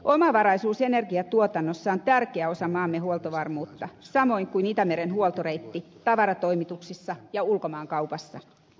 omavaraisuus energian tuotannossa on tärkeä osa maamme huoltovarmuutta samoin kuin itämeren huoltoreitti tavarantoimituksissa ja ulkomaankaupassa